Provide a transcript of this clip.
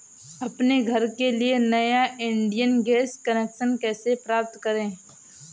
अपने घर के लिए नया इंडियन गैस कनेक्शन कैसे प्राप्त करें?